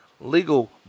legal